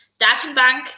datenbank